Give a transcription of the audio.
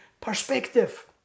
perspective